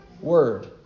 word